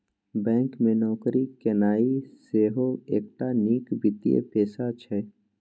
bank मे नौकरी केनाइ सेहो एकटा नीक वित्तीय पेशा छै